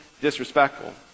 disrespectful